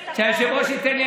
שהיושב-ראש ייתן לי,